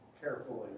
carefully